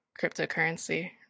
cryptocurrency